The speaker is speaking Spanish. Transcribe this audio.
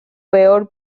peor